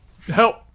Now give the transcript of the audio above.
Help